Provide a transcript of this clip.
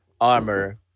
armor